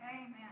Amen